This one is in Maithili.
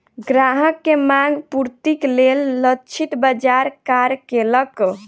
ग्राहक के मांग पूर्तिक लेल लक्षित बाजार कार्य केलक